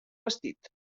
vestit